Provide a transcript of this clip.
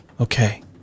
Okay